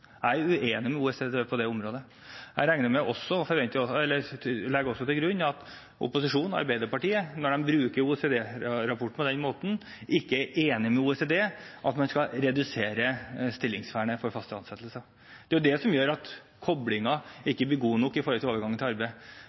Jeg er uenig med OECD-rapporten på det området. Jeg regner med og legger til grunn at også opposisjonen og Arbeiderpartiet, når de bruker OECD-rapporten på den måten, ikke er enig med OECD i at man skal svekke stillingsvernet for fast ansatte. Det er jo det som gjør at koblingen ikke blir god nok når det gjelder overgangen til arbeid.